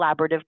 collaborative